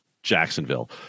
Jacksonville